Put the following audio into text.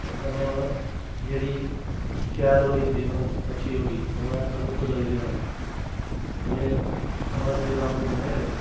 होर कन्नै मतलब जेह्ड़ी शैल होली होंदी मतलब अच्छी होली ओह् ऐ मतलब कुदरती रंग मतलब असली रंग होंदे न जेह्ड़े